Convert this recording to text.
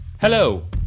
Hello